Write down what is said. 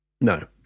No